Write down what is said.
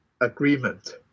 agreement